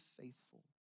faithful